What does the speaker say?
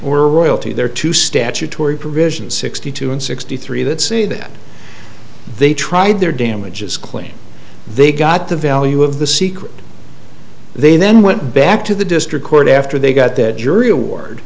or royalty there to statutory provisions sixty two and sixty three that say that they tried their damages claim they got the value of the secret they then went back to the district court after they got that jury award